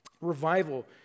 Revival